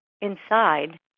inside